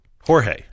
Jorge